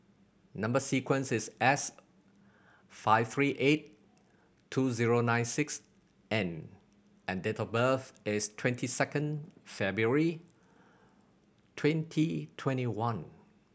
number sequence is S five three eight two zero nine six N and date of birth is twenty second February twenty twenty one